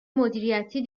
مدیریتی